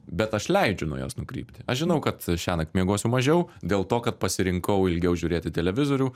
bet aš leidžiu nuo jos nukrypti aš žinau kad šiąnakt miegosiu mažiau dėl to kad pasirinkau ilgiau žiūrėti televizorių